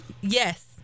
Yes